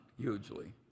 hugely